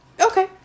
Okay